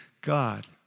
God